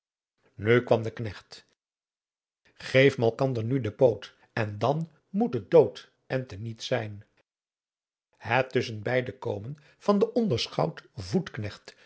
nu kwam de knecht geef malkander nu de poot en dan moet het dood en te niet zijn het tusschenbeide komen van den onderschout